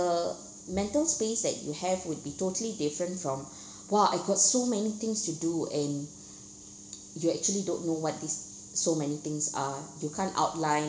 mental space that you have would be totally different from !wah! I got so many things to do and you actually don't know what these so many things are you can't outline